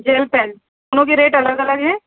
jail pen دونوں کے rate الگ الگ ہیں